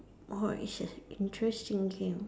oh it's an interesting game